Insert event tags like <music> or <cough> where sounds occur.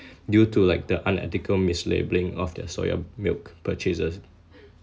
<breath> due to like the unethical mislabelling of their soya milk purchases